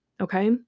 Okay